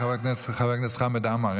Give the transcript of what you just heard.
חבר הכנסת חמד עמאר,